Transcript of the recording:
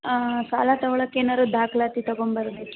ಸಾಲಾ ತಗೊಳಕ್ಕೆ ಏನಾದ್ರೂ ದಾಖಲಾತಿ ತಗೊಂಡು ಬರಬೇಕಾ